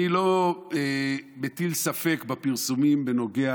אני לא מטיל ספק בפרסומים בנוגע